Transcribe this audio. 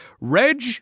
Reg